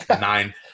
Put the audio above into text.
Nine